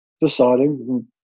deciding